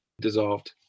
dissolved